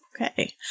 Okay